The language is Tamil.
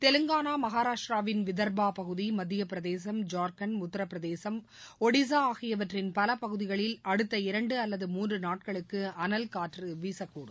தெலங்கானா மகாராஷ்டிராவின் வித்பாபகுதி மத்தியபிரதேசம் ஜார்க்கண்ட் உத்திரபிரதேசம் ஒடிஸாஆகியவற்றின் பலபகுதிகளில் அடுத்த இரண்டுஅல்லது மூன்றுநாட்களுக்குஅனல் காற்றுவீசக்கூடும்